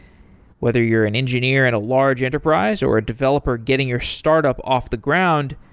whether you're an engineer at a large enterprise, or a developer getting your startup off the ground,